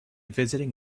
visiting